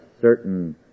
certain